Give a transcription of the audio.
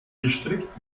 gestrickt